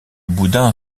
boudin